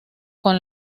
con